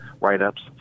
write-ups